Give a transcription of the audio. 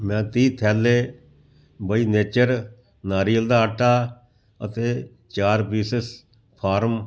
ਮੈਂ ਤੀਹ ਥੈਲੇ ਬਈ ਨੇਚਰ ਨਾਰੀਅਲ ਦਾ ਆਟਾ ਅਤੇ ਚਾਰ ਪੀਸਿਸ ਫਾਰਮ